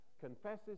confesses